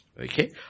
Okay